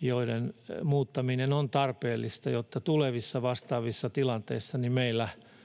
joiden muuttaminen on tarpeellista, jotta tulevissa vastaavissa tilanteissa meillä